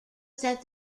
that